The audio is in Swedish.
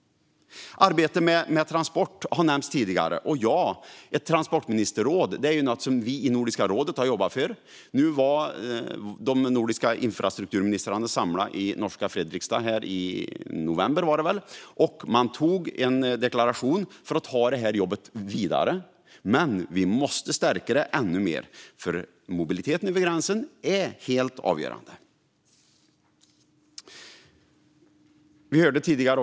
Arbetet med transporter har nämnts tidigare, och Nordiska rådet har jobbat för ett transportministerråd. De nordiska infrastrukturministrarna samlades i norska Fredrikstad i november, och de antog en deklaration för att ta detta arbete vidare. Det måste dock stärkas ännu mer, för mobiliteten över gränserna är hela avgörande. Fru talman!